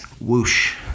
Whoosh